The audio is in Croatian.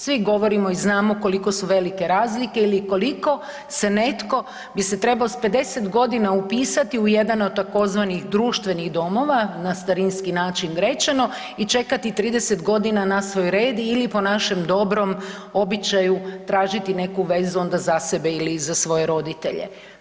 Svi govorimo i znamo koliko su velike razlike ili koliko se netko, bi se trebao s 50 godina upisati u jedan od tzv. društvenih domova na starinski način rečeno i čekati 30 godina na svoj red ili po našem dobrom običaju tražiti neku vezu onda za sebe ili za svoje roditelje.